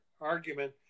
argument